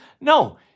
No